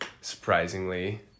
surprisingly